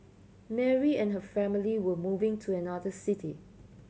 Mary and her family were moving to another city